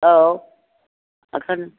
औ ओंखायनो